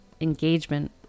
engagement